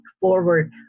forward